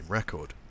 record